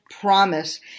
promise